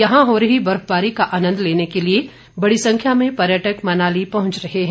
यहां हो रही बर्फबारी का आनंद लेने के लिए बड़ी संख्या में पर्यटक मनाली पहुंच रहे हैं